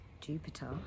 Jupiter